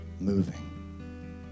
moving